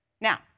Now